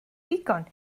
ddigon